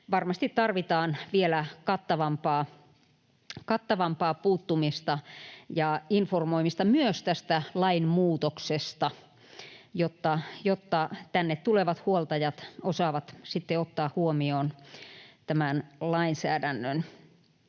varmasti tarvitaan vielä kattavampaa puuttumista ja informoimista myös tästä lainmuutoksesta, jotta tänne tulevat huoltajat osaavat sitten ottaa huomioon tämän lainsäädännön.